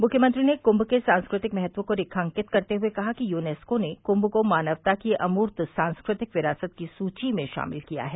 मुख्यमंत्री ने कुंभ के सांस्कृतिक महत्व को रेखाकित करते हुए कहा कि यूनेस्को ने कुंभ को मानवता की अमूर्त सांस्कृतिक विरासत की सूची में शामिल किया है